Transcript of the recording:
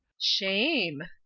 shame!